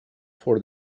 for